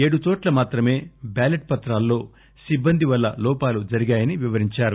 ఏడుచోట్ల మాత్రమే బ్యాలెట్ పత్రాల్లో సిబ్బంది వల్ల లోపాలు జరిగాయని వివరించారు